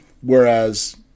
Whereas